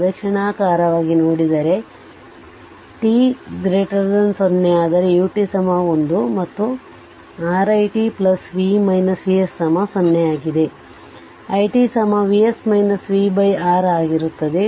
ಪ್ರದಕ್ಷಿಣಾಕಾರವಾಗಿ ನೋಡಿದರೆರಿ t 0 ಆದರೆ ut1 ಮತ್ತು ಅದು R i t v vs0 i t R ಆಗಿರುತ್ತದೆ